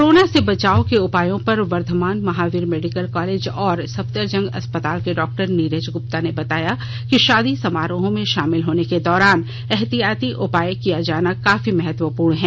corona से बचाव के उपायों पर वर्धमान महावीर मेडिकल कॉलेज और सफदरगंज अस्पताल के डॉक्टर नीरज गृप्ता ने बताया कि शादी समारोहों में शामिल होने के दौरान एहतियाति उपाय किया जाना काफी महत्वपूर्ण है